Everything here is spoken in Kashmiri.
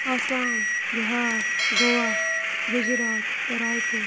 آسام بِہار گووا گُجرات راے پوٗر